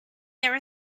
there